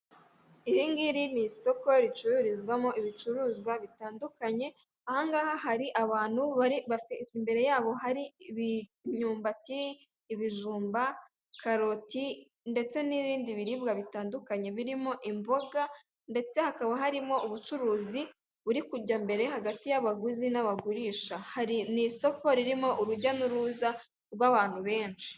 Iringiri ni isoko ricururizwamo ibicuruzwa bitandukanye ahangaha hari abantu imbere yabo hari imyumbati , ibijumba ,karoti ndetse n'ibindi biribwa bitandukanye birimo imboga ndetse hakaba harimo ubucuruzi buri kujya mbere hagati y'abaguzi n'abagurisha hari n'isoko ririmo urujya n'uruza rw'abantu benshi .